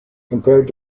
compared